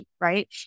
right